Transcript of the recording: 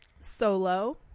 Solo